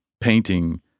painting